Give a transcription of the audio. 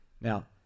Now